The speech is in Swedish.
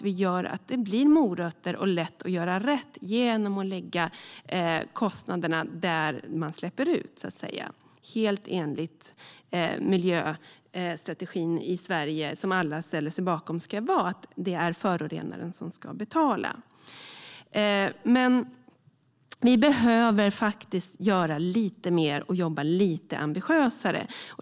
Vi gör så att det blir morötter och lätt att göra rätt genom att lägga kostnaderna där man släpper ut, helt enligt miljöstrategin som alla i Sverige ställer sig bakom - att det är förorenaren som ska betala. Men vi behöver göra lite mer och jobba lite ambitiösare.